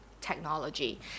technology